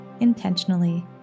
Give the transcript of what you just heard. intentionally